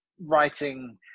writing